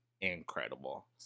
Incredible